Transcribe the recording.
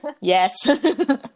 yes